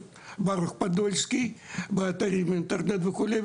ברוך פדולסקי באתרי אינטרנט וכו'.